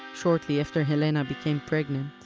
shortly after helena became pregnant,